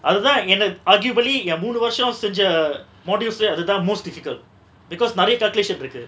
அதுதா:athutha enak~ arguably eh மூனு வருசோ செஞ்ச:moonu varuso senja modules lah அதுதா:athutha most difficult because நெரய:neraya calculation இருக்கு:iruku